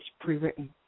pre-written